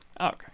okay